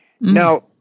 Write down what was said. Now